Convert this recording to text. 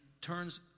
turns